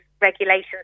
regulations